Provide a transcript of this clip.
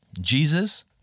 Jesus